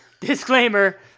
disclaimer